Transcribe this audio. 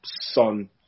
Son